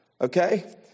Okay